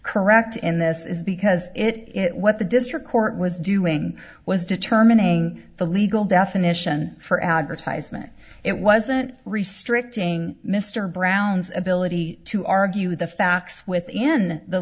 correct in this is because it what the district court was doing was determining the legal definition for advertisement it wasn't restricting mr brown's ability to argue the facts with again the